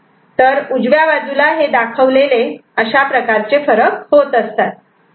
तर उजव्या बाजूला हे दाखवलेले अशा प्रकारचे फरक होत असतात